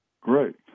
Great